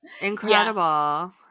Incredible